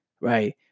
right